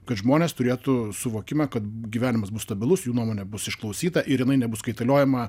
kad žmonės turėtų suvokimą kad gyvenimas bus stabilus jų nuomonė bus išklausyta ir jinai nebus kaitaliojama